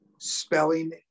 spelling